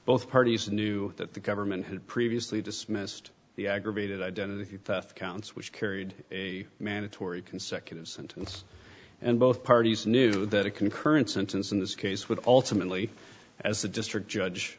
both parties knew that the government had previously dismissed the aggravated identity theft counts which carried a mandatory consecutive sentence and both parties knew that a concurrent sentence in this case with ultimately as the district judge